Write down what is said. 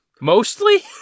Mostly